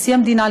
נשיא המדינה,